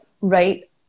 right